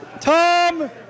Tom